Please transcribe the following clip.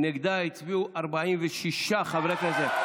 נגדה הצביעו 46 חברי כנסת.